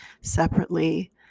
separately